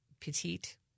petite